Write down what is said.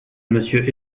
monsieur